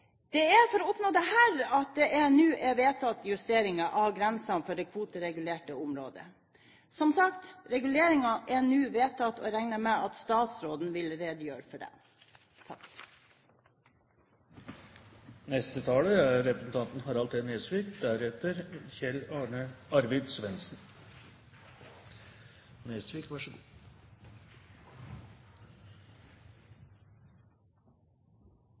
Det er for å oppnå dette at det nå er vedtatt justeringer av grensene for det kvoteregulerte området. Som sagt: Reguleringene er nå vedtatt, og jeg regner med at statsråden vil redegjøre for det. Først av alt vil jeg gi honnør til saksordføreren, som på en god